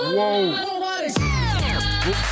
Whoa